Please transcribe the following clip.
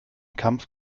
kampf